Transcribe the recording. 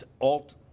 alt